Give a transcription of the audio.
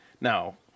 Now